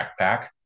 backpack